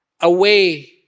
away